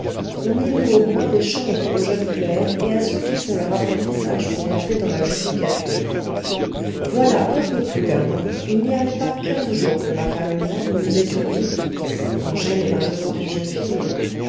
on y loue au mois des chambres aux jeunes clercs et à ceux qui font leur apprentissage pour entrer dans la judicature voilà un peu plus d'un an il n'y avait pas quinze jours que ma femme et moi nous nous étions dit angèle est maintenant une jeune fille